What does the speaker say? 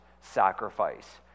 sacrifice